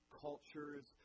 cultures